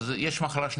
אלה פרויקטים